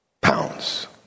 pounds